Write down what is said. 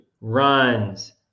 runs